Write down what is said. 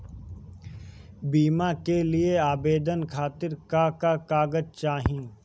बीमा के लिए आवेदन खातिर का का कागज चाहि?